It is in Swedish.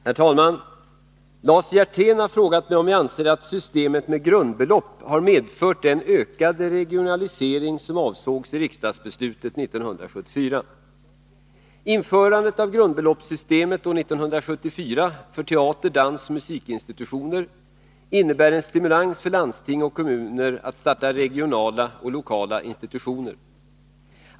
Herr talman! Lars Hjertén har frågat mig om jag anser att systemet med grundbelopp har medfört den ökade regionalisering som avsågs i riksdagsbeslutet 1974. Införandet av grundbeloppssystemet år 1974 för teater-, dansoch musikinstitutioner innebär en stimulans för landsting och kommuner att starta regionala och lokala institutioner.